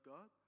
God